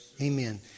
amen